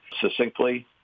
succinctly